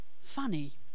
Funny